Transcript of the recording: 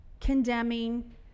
condemning